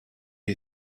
you